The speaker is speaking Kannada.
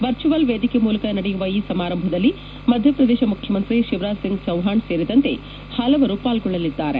ವರ್ಜುವಲ್ ವೇದಿಕೆ ಮೂಲಕ ನಡೆಯುವ ಈ ಸಮಾರಂಭದಲ್ಲಿ ಮಧ್ಯಪ್ರದೇಶ ಮುಖ್ಯಮಂತ್ರಿ ಶಿವರಾಜ್ಸಿಂಗ್ ಚೌಹಾಣ್ ಸೇರಿದಂತೆ ಹಲವರು ಪಾಲ್ಗೊಳ್ಳಲಿದ್ದಾರೆ